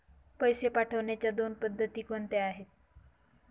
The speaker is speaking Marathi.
पैसे पाठवण्याच्या दोन पद्धती कोणत्या आहेत?